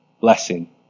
blessing